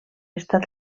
estat